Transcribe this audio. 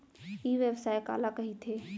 ई व्यवसाय काला कहिथे?